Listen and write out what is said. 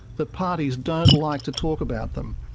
the parties don't like to talk about them.